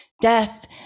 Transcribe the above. death